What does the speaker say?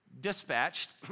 dispatched